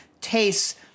tastes